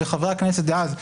וחברי הכנסת דאז,